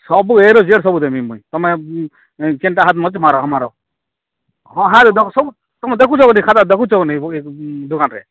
ସବୁ ଏ ରୁ ଜେଡ଼୍ ସବୁ ଦେବିଁ ମୁଇଁ ତୁମେ କେନ୍ତା ହାତ୍ ମାରୁଛ ମାର ହଁ ହାଲ୍ ଦେବ ସବୁ ତୁମେ ଦେଖୁଛଁ ଗୋଟେ ଖାତା ଦେଖୁଁଛ ବୋଲି ଏ ଦୁକାନ୍ରେ